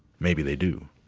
maybe they do.